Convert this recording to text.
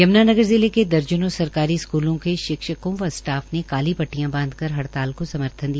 यमुनानगर जिले के दर्जनों सरकारी स्कूलों के शिक्षकों व स्टाफ ने काली पट्टिया बांध कर हड़ताल का समर्थन दिया